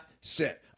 sit